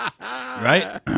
Right